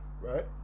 right